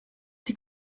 die